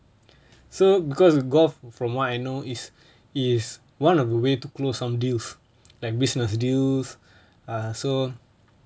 so because golf from what I know is is one of the way to close on deals like business deals err so